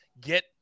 get